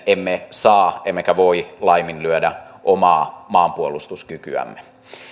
emme saa emmekä voi laiminlyödä omaa maanpuolustuskykyämme